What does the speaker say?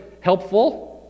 helpful